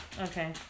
Okay